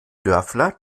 dörfler